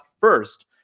first